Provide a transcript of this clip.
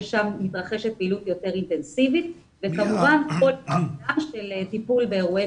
שם מתרחשת פעילות יותר אינטנסיבית וכמובן טיפול באירועי